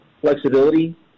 flexibility